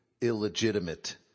illegitimate